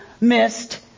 missed